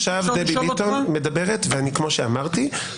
עכשיו דבי ביטון מדברת, וכמו שאמרתי,